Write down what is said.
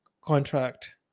contract